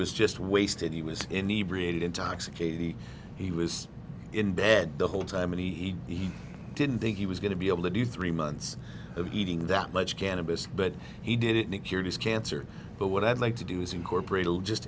was just wasted he was in the brig intoxicated he he was in bed the whole time and he didn't think he was going to be able to do three months of eating that much cannabis but he did it in a curious cancer but what i'd like to do is incorporate